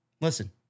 Listen